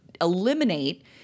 eliminate